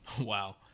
Wow